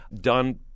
done